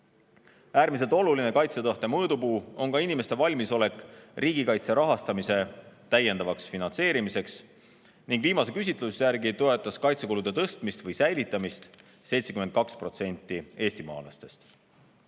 Äärmiselt oluline kaitsetahte mõõdupuu on inimeste valmisolek riigikaitse rahastamise täiendavaks finantseerimiseks. Viimase küsitluse järgi toetas kaitsekulude tõstmist või säilitamist 72% eestimaalastest.